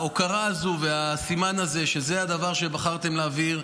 ההוקרה הזו והסימן הזה, זה הדבר שבחרתם להעביר.